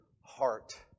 heart